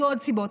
היו עוד סיבות.